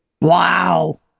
Wow